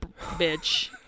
bitch